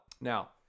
Now